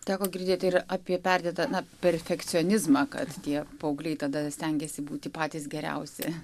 teko girdėti ir apie perdėtą na perfekcionizmą kad tie paaugliai tada stengiasi būti patys geriausi